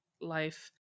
life